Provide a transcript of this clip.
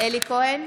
אלי כהן,